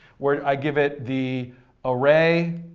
where i give it the array,